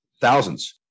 Thousands